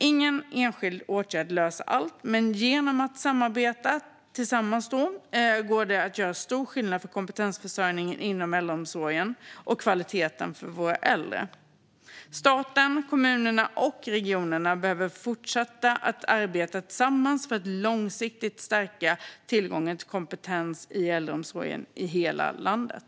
Ingen enskild åtgärd löser allt, men genom att arbeta tillsammans går det att göra stor skillnad för kompetensförsörjningen och kvaliteten inom äldreomsorgen för våra äldre. Staten, kommunerna och regionerna behöver fortsätta att arbeta tillsammans för att långsiktigt stärka tillgången till kompetens i äldreomsorgen i hela landet.